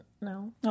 No